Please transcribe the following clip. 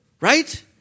right